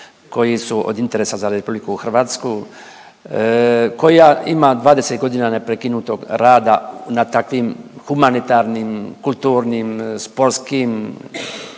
koji su od interesa za Republiku Hrvatsku, koja ima 20 godina neprekinutog rada na takvim humanitarnim, kulturnim, sportskim